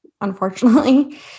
unfortunately